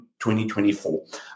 2024